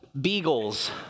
beagles